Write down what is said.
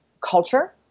culture